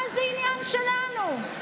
מה זה עניין שלנו?